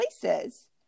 places